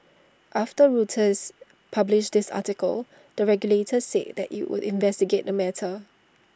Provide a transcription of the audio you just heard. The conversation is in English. after Reuters published this article the regulator said that IT would investigate the matter